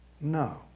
no